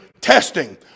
testing